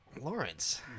Lawrence